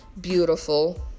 Beautiful